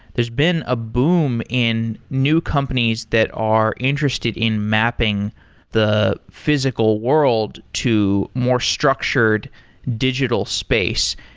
there's been a boom in new companies that are interested in mapping the physical world to more structured digital space.